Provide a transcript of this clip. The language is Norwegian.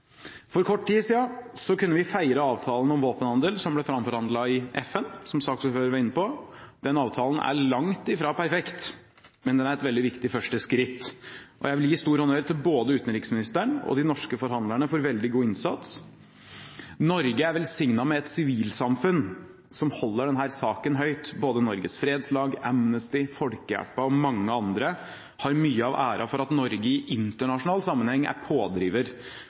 For kort tid siden kunne vi feire avtalen om våpenhandel som ble framforhandlet i FN, som saksordføreren var inne på. Denne avtalen er langt fra perfekt, men den er et veldig viktig første skritt. Jeg vil gi stor honnør til både utenriksministeren og de norske forhandlerne for veldig god innsats. Norge er velsignet med et sivilsamfunn som holder denne saken høyt. Både Norges Fredslag, Amnesty, Norsk Folkehjelp og mange andre har mye av æren for at Norge i internasjonal sammenheng er en pådriver